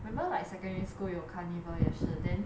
remember like secondary school 有 carnival 也是 then